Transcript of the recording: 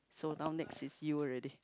so now next is you already